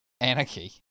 Anarchy